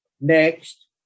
Next